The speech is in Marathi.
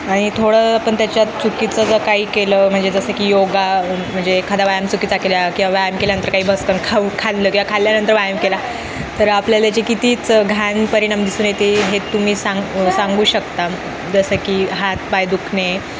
आणि थोडं पण त्याच्यात चुकीचं असं काही केलं म्हणजे जसं की योगा म्हणजे एखादा व्यायाम चुकीचा केला किंवा व्यायाम केल्यानंतर काही भस्कन खाऊ खाल्लं किंवा खाल्ल्यानंतर व्यायाम केला तर आपल्या त्याचे कितीच घाण परिणाम दिसून येते हे तुम्ही सांग सांगू शकता जसं की हात पाय दुखणे